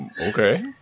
okay